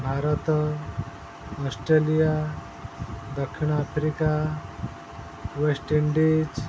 Bharat Australia ଦକ୍ଷିଣ Africa West Indies